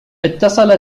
اتصلت